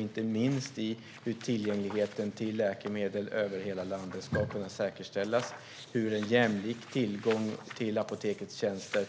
Det gäller inte minst hur tillgängligheten till läkemedel över hela landet ska kunna säkerställas och hur en jämlik tillgång till apotekets tjänster